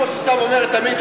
כמו שאתה אומר תמיד,